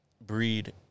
breed